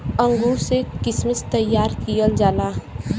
अंगूर से किशमिश तइयार करल जाला